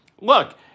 Look